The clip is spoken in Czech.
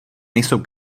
nejsou